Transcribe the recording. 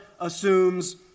assumes